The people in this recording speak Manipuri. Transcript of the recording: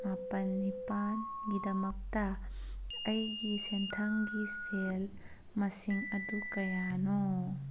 ꯃꯥꯄꯜ ꯅꯤꯄꯥꯜꯒꯤꯗꯃꯛꯇ ꯑꯩꯒꯤ ꯁꯦꯟꯊꯪꯒꯤ ꯁꯦꯜ ꯃꯁꯤꯡ ꯑꯗꯨ ꯀꯌꯥꯅꯣ